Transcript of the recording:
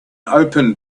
open